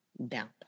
down